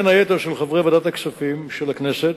בין היתר של חברי ועדת הכספים של הכנסת,